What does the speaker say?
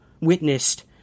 witnessed